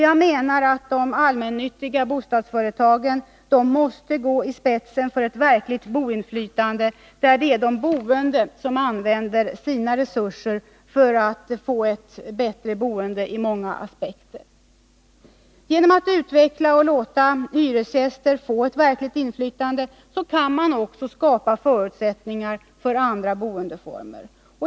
Jag menar att de allmännyttiga bostadsföretagen måste gå i spetsen för ett verkligt boinflytande, där det är de boende som använder sina resurser för att åstadkomma ett bättre boende ur många aspekter. Genom att utveckla och låta hyresgäster få ett verkligt inflytande kan man också skapa förutsättningar för andra boendeformer.